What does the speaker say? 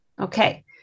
Okay